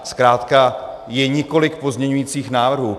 Zkrátka je několik pozměňujících návrhů.